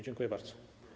Dziękuję bardzo.